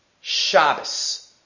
Shabbos